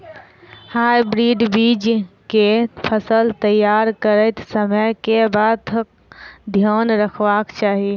Hybrid बीज केँ फसल तैयार करैत समय कऽ बातक ध्यान रखबाक चाहि?